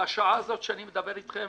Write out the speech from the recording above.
בשעה הזאת שאני מדבר איתכם